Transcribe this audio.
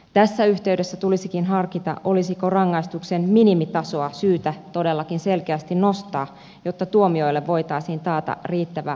tässä yhteydessä tulisikin harkita olisiko rangaistuksen minimitasoa syytä todellakin selkeästi nostaa jotta tuomioille voitaisiin taata riittävä ankaruus